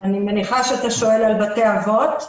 אני מניחה שאתה שואל על בתי אבות?